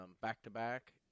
back-to-back